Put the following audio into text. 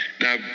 Now